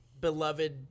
beloved